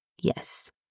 Yes